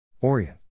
Orient